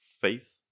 faith